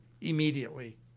immediately